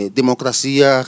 democracia